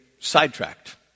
sidetracked